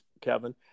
kevin